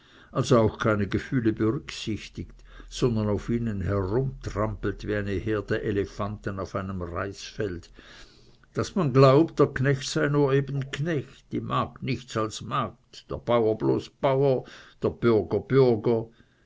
also auch keine gefühle berücksichtigt sondern auf ihnen herumtrampelt wie eine herde elefanten auf einem reisfelde daß man glaubt der knecht sei nur eben knecht die magd nichts als magd der bauer bloß bauer der bürger bürger